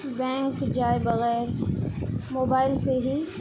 bank جائے بغیر mobile سے ہی